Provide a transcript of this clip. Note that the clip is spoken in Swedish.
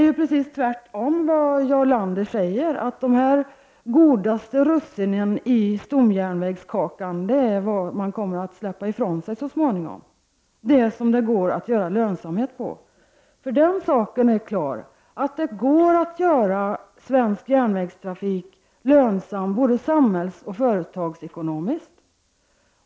Precis tvärtemot vad Jarl Lander säger är det de godaste russinen i stomjärnvägskakan som vi kommer att släppa ifrån oss så småningom. Det är det som det går att göra lönsamt. Den saken är klar att det går att göra svensk järnvägstrafik lönsam både samhällsekonomiskt och företagsekonomiskt.